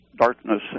darkness